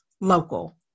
local